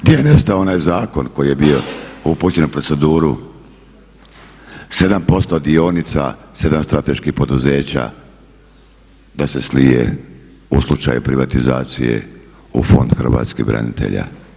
Gdje je nestao onaj zakon koji je bio upućen u proceduru 7% dionica 7 strateških poduzeća da se slije u slučaju privatizacije u Fond hrvatskih branitelja?